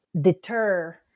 deter